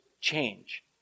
change